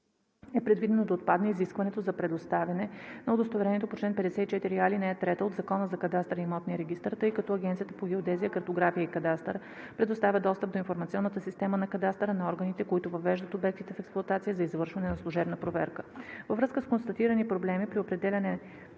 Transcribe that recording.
е предвидено да отпадне изискването за представяне на удостоверението по чл. 54а, ал. 3 от Закона за кадастъра и имотния регистър, тъй като Агенцията по геодезия, картография и кадастър предоставя достъп до информационната система на кадастъра на органите, които въвеждат обектите в експлоатация, за извършване на служебна проверка. Във връзка с констатирани проблеми при определяне